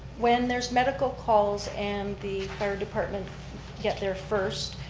when there's medical calls and the department get there first,